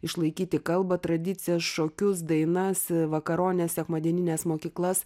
išlaikyti kalbą tradicijas šokius dainas vakarones sekmadienines mokyklas